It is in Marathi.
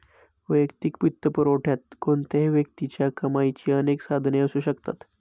वैयक्तिक वित्तपुरवठ्यात कोणत्याही व्यक्तीच्या कमाईची अनेक साधने असू शकतात